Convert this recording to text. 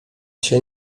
się